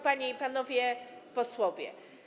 Panie i Panowie Posłowie!